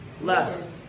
Less